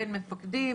בין מפקדים,